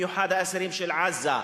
במיוחד האסירים של עזה,